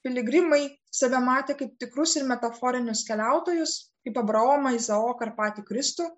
piligrimai save matė kaip tikrus ir metaforinius keliautojus kaip abraomą izaoką ir patį kristų